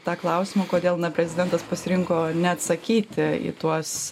tą klausimą kodėl na prezidentas pasirinko neatsakyti į tuos